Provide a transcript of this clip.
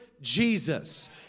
Jesus